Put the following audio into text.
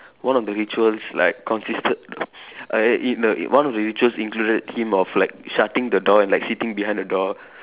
one of the rituals like consisted uh E no one of the rituals included him of like shutting the door and like sitting behind the door